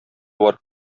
барып